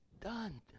done